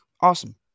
awesome